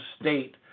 state